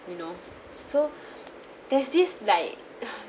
you know so there's this like ugh